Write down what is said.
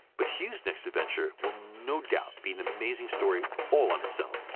but hugh's next adventure will no doubt be an amazing story all in itself.